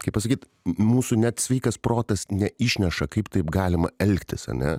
kaip pasakyt mūsų net sveikas protas neišneša kaip taip galima elgtis ane